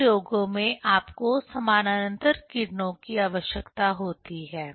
कई प्रयोगों में आपको समानांतर किरणों की आवश्यकता होती है